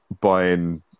Buying